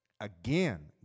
again